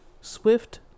Swift